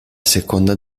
seconda